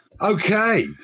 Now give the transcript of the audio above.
okay